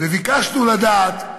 וביקשנו לדעת: